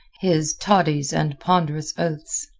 his toddies and ponderous oaths.